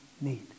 need